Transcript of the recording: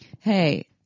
hey